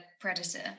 predator